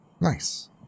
Nice